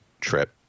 trip